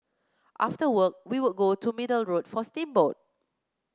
after work we would go to Middle Road for steamboat